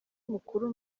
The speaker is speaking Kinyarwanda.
mukuru